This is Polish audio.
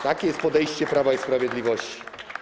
Takie jest podejście Prawa i Sprawiedliwości.